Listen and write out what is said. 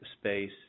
space